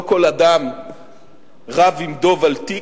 לא כל אדם רב עם דוב על תיק,